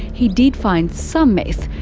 he did find some meth,